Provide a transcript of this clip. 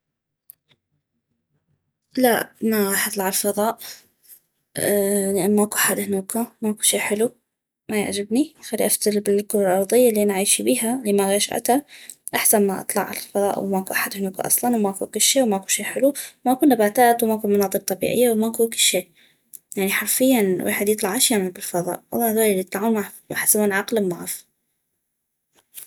لا ما غاح اطلع عل فضاء لان ماكو احد هنوك ماكو شي حلو ما يعجبني خلي افتل بالكرة الأرضية الي انا عيشي بيها الي ما غيشعتا احسن ما اطلع عل فضاء وماكو احد هنوك اصلا وماكو كشي وماكو شي حلو وماكو نباتات وماكو مناظر طبيعية وماكو كشي يعني حرفياً ويحد يطلع اش يعمل بالفضاء والله هذولي الي يطلعون معف احس وين عقلم معف